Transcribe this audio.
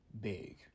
big